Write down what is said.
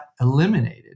eliminated